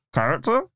Character